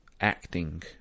acting